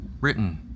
Written